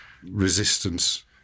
resistance